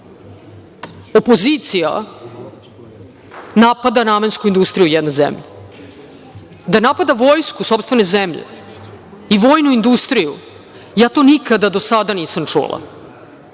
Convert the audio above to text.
da opozicija napada namensku industriju jedne zemlje, da napada vojsku sopstvene zemlje i vojnu industriju. Ja to nikada do sada nisam